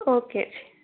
okay